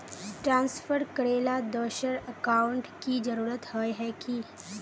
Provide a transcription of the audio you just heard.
Transfer करेला दोसर account की जरुरत होय है की?